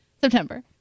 September